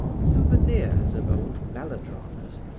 souvenirs of old melodramas,